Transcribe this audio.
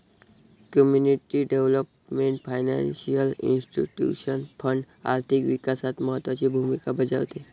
community development financial institution fund आर्थिक विकासात महत्त्वाची भूमिका बजावते